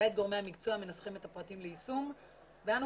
כעת גורמי המקצוע מנסחים את הפרטים ליישום ואנו